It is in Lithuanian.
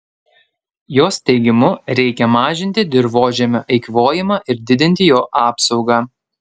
jos teigimu reikia mažinti dirvožemio eikvojimą ir didinti jo apsaugą